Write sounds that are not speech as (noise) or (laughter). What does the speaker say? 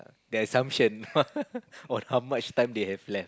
their assumption (laughs) on how much time they have left